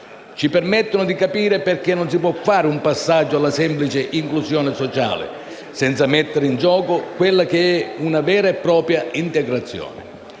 Ci permettono di capire perché non si può fare un passaggio alla semplice inclusione sociale, senza mettere in gioco quella che è una vera e propria integrazione.